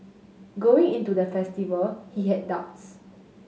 going into the festival he had doubts